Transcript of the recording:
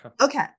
Okay